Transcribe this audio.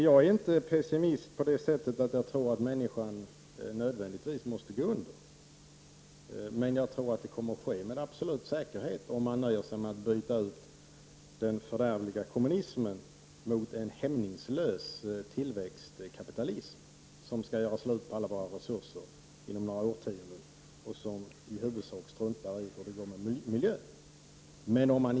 Jag är inte pessimistisk på det sättet att jag tror att människan nödvändigtvis måste gå under, men jag tror att det med absolut säkerhet kommer att ske om man nöjer sig med att byta ut den fördärvliga kommunismen mot en hämningslös tillväxtkapitalism som gör slut på alla våra resurser inom några årtionden och som i huvudsak innebär att man struntar i hur det går med miljön.